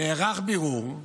נערך בירור,